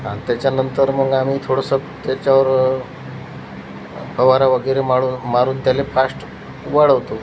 अन् त्याच्यानंतर मग आम्ही थोडंसं त्याच्यावर फवारा वगैरे माळून मारून त्याला फास्ट वाढवतो